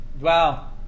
Wow